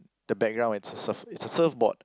the background it's a surf it's a surfboard